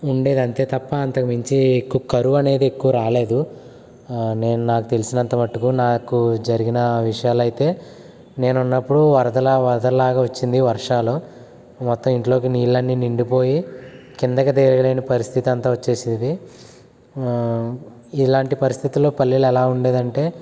ఉండేది అంతే తప్ప అంతకుమించి ఎక్కువ కరువు అనేది ఎక్కువ రాలేదు నేను నాకు తెలిసినంత మటుకు నాకు జరిగిన విషయాలు అయితే నేను ఉన్నప్పుడు వరదల వరదలాగా వచ్చింది వర్షాలు మొత్తం ఇంట్లోకి నీళ్ళు అన్నీ నిండిపోయి కిందకి దిగలేని పరిస్థితి అంతా వచ్చేది ఇలాంటి పరిస్థితులలో పల్లెలు ఎలా ఉండేది అంటే